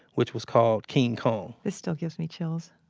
which was called king kong. this still gives me chills